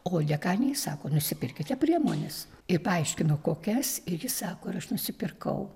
o dekanė jai sako nusipirkite priemones ir paaiškino kokias ir ji sako ir aš nusipirkau